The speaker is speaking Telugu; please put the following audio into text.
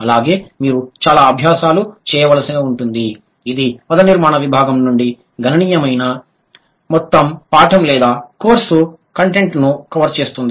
అలాగే మీరు చాలా అభ్యాసాలు చేయవలసి ఉంటుంది ఇది పదనిర్మాణ విభాగం నుండి గణనీయమైన మొత్తంలో పాఠం లేదా కోర్సు కంటెంట్ను కవర్ చేస్తుంది